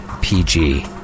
PG